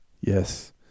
Yes